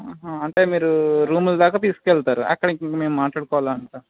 అంటే మీరు రూములు దాకా తీసుకెళ్తారు అక్కడి మేము మాట్లాడుకోవాల అంట